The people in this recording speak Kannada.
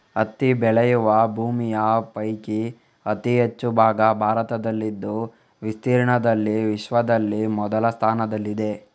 ಹತ್ತಿ ಬೆಳೆಯುವ ಭೂಮಿಯ ಪೈಕಿ ಅತಿ ಹೆಚ್ಚು ಭಾಗ ಭಾರತದಲ್ಲಿದ್ದು ವಿಸ್ತೀರ್ಣದಲ್ಲಿ ವಿಶ್ವದಲ್ಲಿ ಮೊದಲ ಸ್ಥಾನದಲ್ಲಿದೆ